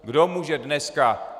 Kdo může dneska...